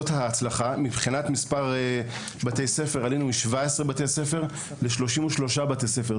מ-17 בתי ספר, עלינו ל-33 בתי ספר.